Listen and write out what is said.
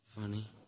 Funny